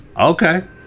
okay